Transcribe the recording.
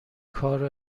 کار